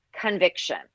conviction